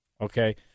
Okay